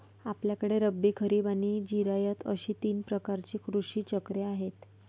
आपल्याकडे रब्बी, खरीब आणि जिरायत अशी तीन प्रकारची कृषी चक्रे आहेत